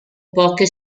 poche